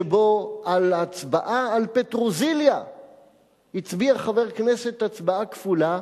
שבו על ההצבעה על פטרוזיליה הצביע חבר כנסת הצבעה כפולה,